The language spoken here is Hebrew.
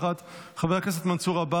חבר הכנסת מיקי לוי,